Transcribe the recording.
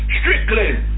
Strickland